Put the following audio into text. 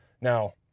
Now